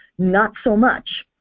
not so much.